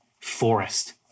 forest